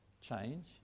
change